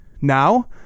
Now